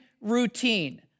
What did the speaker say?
routine